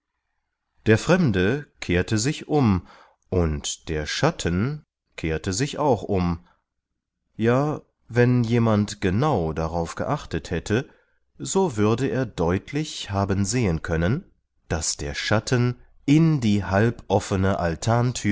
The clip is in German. der fremde kehrte sich um und der schatten kehrte sich auch um ja wenn jemand genau darauf geachtet hätte so würde er deutlich haben sehen können daß der schatten in die